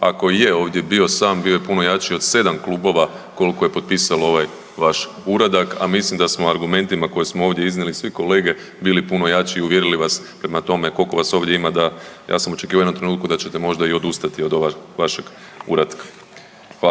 ako i je ovdje bio sam bio je puno jači od 7 klubova kolko je potpisalo ovaj vaš uradak, a mislim da smo argumentima koje smo ovdje iznijeli svi kolege bili puno jači i uvjerili vas, prema tome kolko vas ovdje ima da, ja sam očekivao u jednom trenutku da ćete možda i odustati od ovog vašeg uratka. Hvala.